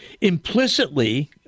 implicitly